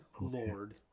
lord